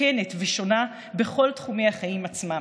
מתוקנת ושונה בכל תחומי החיים עצמם.